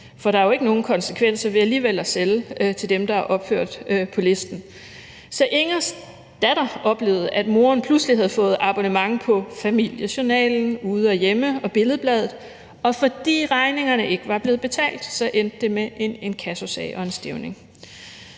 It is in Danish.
for der er jo ikke nogen konsekvenser ved alligevel at sælge til dem, der er opført på listen. Så Ingers datter oplevede, at moren pludselig havde fået abonnement på Familie Journal, Ude og Hjemme og Billed-Bladet, og fordi regningerne ikke var blevet betalt, endte det med en inkassosag og en stævning.